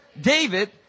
David